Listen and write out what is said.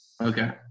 okay